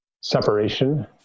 separation